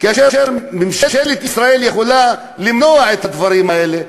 כאשר ממשלת ישראל יכולה למנוע את הדברים האלה.